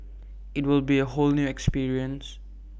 IT will be A whole new experience